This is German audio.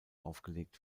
aufgelegt